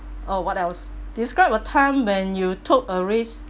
oh what else describe a time when you took a risk